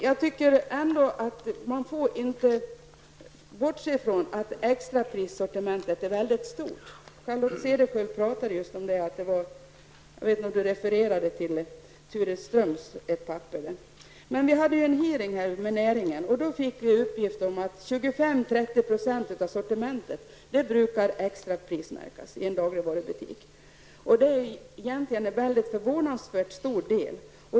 Jag tycker ändå att man inte får bortse ifrån att extraprissortimentet är väldigt stort. Charlotte Cederschiöld talade just om detta. Vi hade en hearing här med näringen och fick uppgiften att 25-- 30 % av sortimentet brukar extraprismärkas i en dagligvarubutik. Det är en förvånansvärt stor del.